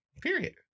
Period